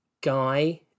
guy